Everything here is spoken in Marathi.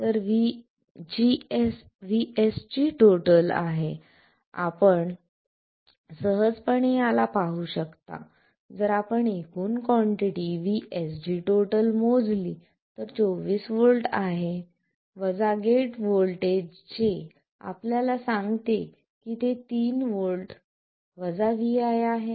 तर VSG आहे आपण सहजपणे याला पाहू शकता जर आपण एकूण कॉन्टिटी VSG मोजली तर 24 व्होल्ट आहे गेट व्होल्टेज जे आपल्याला सांगते की ते 3 व्होल्ट viआहे